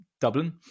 Dublin